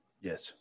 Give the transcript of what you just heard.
Yes